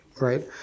right